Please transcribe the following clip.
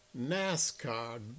NASCAR